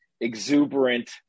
exuberant